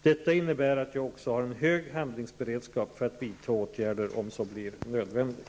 Detta innebär att jag också har en hög handlingsberedskap för att vidta åtgärder om så blir nödvändigt.